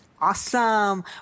Awesome